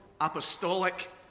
apostolic